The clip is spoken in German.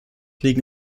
liegen